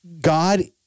God